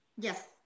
Yes